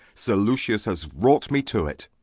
sir lucius has wrought me to it.